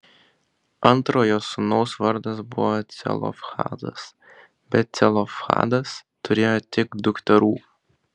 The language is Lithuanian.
antrojo sūnaus vardas buvo celofhadas bet celofhadas turėjo tik dukterų